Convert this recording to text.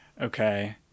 okay